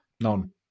none